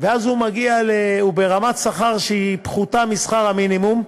ואז הוא ברמת שכר שהיא פחותה משכר המינימום,